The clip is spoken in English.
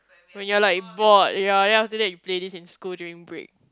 when you are like bored ya then after that you play this in school during break